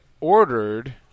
ordered